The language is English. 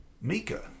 Mika